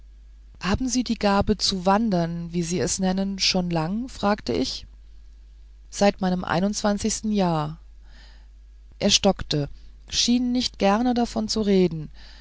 haben sie die gabe zu wandern wie sie es nennen schon lang fragte ich seit meinem einundzwanzig jahr er stockte schien nicht gern davon zu reden